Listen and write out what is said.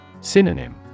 Synonym